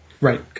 Right